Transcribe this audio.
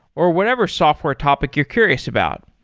or whatever software topic you're curious about.